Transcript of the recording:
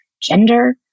gender